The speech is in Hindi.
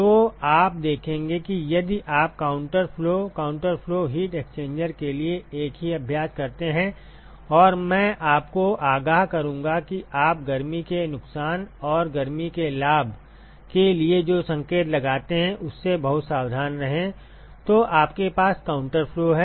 तो आप देखेंगे कि यदि आप counter flow counter flow heat exchanger के लिए एक ही अभ्यास करते हैं और मैं आपको आगाह करूँगा कि आप गर्मी के नुकसान और गर्मी के लाभ के लिए जो संकेत लगाते हैं उससे बहुत सावधान रहें तो आपके पास काउंटर फ्लो है